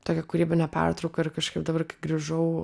tokią kūrybinę pertrauką ir kažkaip dabar kai grįžau